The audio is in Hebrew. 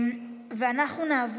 נא